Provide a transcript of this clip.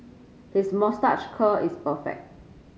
his moustache curl is perfect